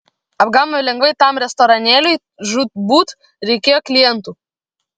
apgavome lengvai tam restoranėliui žūtbūt reikėjo klientų